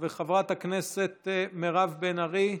חברת הכנסת מירב בן ארי,